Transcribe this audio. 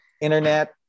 internet